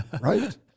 Right